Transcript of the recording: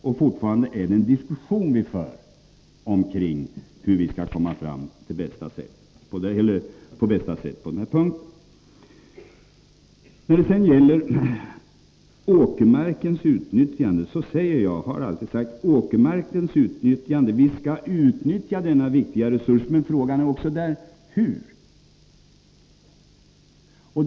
Och fortfarande är det en diskussion vi för om hur vi på bästa sätt skall komma framåt på den punkten. När det sedan gäller åkermarkens utnyttjande säger jag som jag alltid sagt: Vi skall utnyttja denna viktiga resurs. Men frågan är också där: Hur?